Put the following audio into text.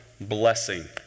blessing